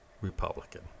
Republican